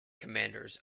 commanders